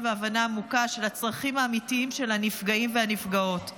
והבנה עמוקה של הצרכים האמיתיים של הנפגעים והנפגעות.